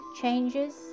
changes